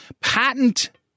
patent